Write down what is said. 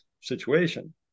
situation